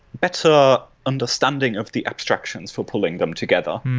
better understanding of the abstractions for pulling them together.